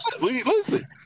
listen